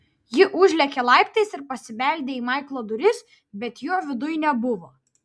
ji užlėkė laiptais ir pasibeldė į maiklo duris bet jo viduj nebuvo